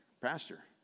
Pastor